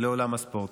לעולם הספורט.